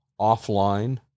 offline